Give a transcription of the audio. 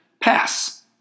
Pass